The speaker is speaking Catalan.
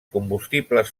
combustibles